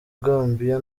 gambia